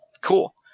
Cool